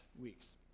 weeks